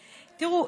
תראו,